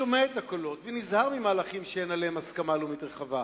שומע את הקולות ונזהר ממהלכים שאין עליהם הסכמה לאומית רחבה.